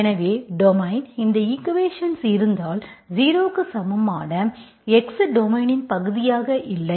எனவே டொமைன் இந்த ஈக்குவேஷன்ஸ் இருந்தால் 0 க்கு சமமான x டொமைனின் பகுதியாக இல்லை